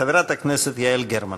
חברת הכנסת יעל גרמן.